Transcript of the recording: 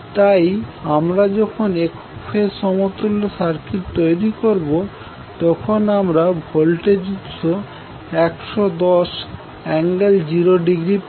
তাই আমরা যখন একক ফেজ সমতুল্য সার্কিট তৈরি করবো তখন আমরা ভোল্টেজ উৎস110∠0° পাবো